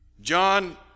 John